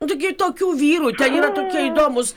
nu tai gi tokių vyrų ten yra tokie įdomūs